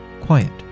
quiet